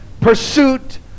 pursuit